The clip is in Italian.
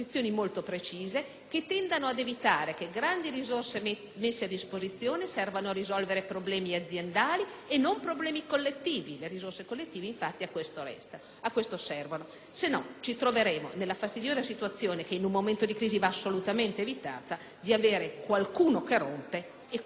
che tendano ad evitare che grandi risorse messe a disposizione servano a risolvere problemi aziendali e non problemi collettivi; le risorse collettive, infatti, servono a questo. Altrimenti, ci troveremo nella fastidiosa situazione, che in un momento di crisi va assolutamente evitata, di avere qualcuno che rompe e qualcun'altro che paga.